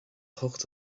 hocht